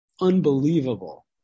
unbelievable